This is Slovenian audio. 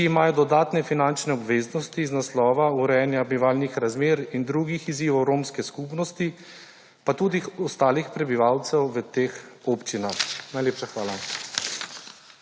ki imajo dodatne finančne obveznosti iz naslova urejanja bivalnih razmer in drugih izzivov romske skupnosti, pa tudi ostalih prebivalcev v teh občinah. Najlepša hvala.